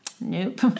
Nope